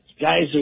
guys